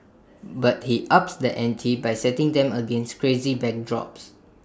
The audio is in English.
but he ups the ante by setting them against crazy backdrops